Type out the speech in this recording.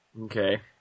Okay